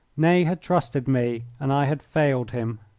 ney had trusted me and i had failed him.